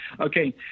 okay